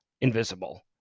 invisible